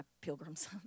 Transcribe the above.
pilgrims